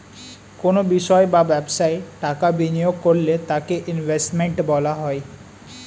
কোনো বিষয় বা ব্যবসায় টাকা বিনিয়োগ করলে তাকে ইনভেস্টমেন্ট বলা হয়